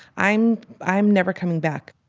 i'm i'm never coming back.